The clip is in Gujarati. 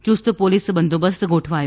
યૂસ્ત પોલીસ બંદોબસ્ત ગોઠવાયો